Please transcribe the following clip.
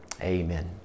Amen